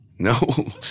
No